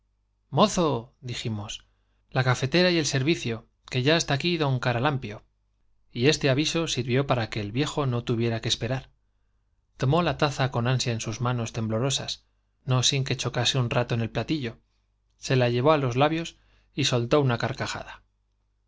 con paso la cafetera y el servicio mozo dijimos d caralampio que ya está aquí y este aviso sirvió para que el tuviera que viejo no ansia en sus manos temblo esperar tomó la taza con rosas no sin que chocase un rato en el platillo se la llevó á los labios y soltó una carcajada